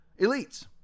elites